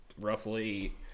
roughly